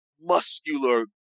muscular